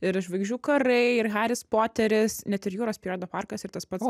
ir žvaigždžių karai ir haris poteris net ir juros periodo parkas ir tas pats